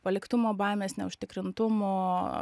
paliktumo baimės neužtikrintumo